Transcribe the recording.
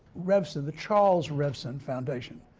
revson, the charles revson foundation.